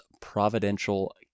providential